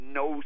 no